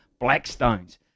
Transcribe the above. Blackstones